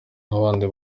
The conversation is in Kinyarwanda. nk’abandi